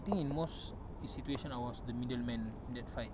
I think in most is situation I was the middle man in that fight